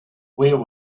where